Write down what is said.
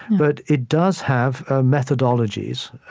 but it does have ah methodologies,